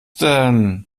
denn